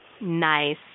Nice